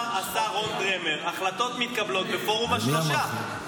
כמו שאמר השר רון דרמר: החלטות מתקבלות בפורום השלושה,